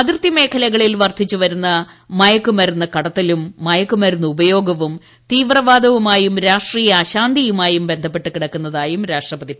അതിർത്തി മേഖലകളിൽ വർദ്ധിച്ചു വരുന്ന മയക്ക് മരുന്ന് കടുത്തലും മയക്ക് മരുന്ന് ഉപയോഗവും തീവ്രവാദവുമായും രാഷ്ട്രീയ അശാന്തിയുമായും ബന്ധപ്പെട്ട് കിടക്കുന്നതായും രാഷ്ട്രപതി പറഞ്ഞു